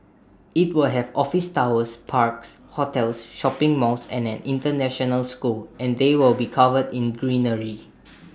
IT will have office towers parks hotels shopping malls and an International school and they will be covered in greenery